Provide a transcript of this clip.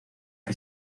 que